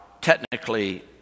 technically